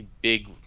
big